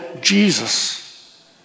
Jesus